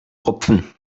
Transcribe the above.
rupfen